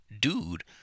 dude